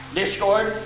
discord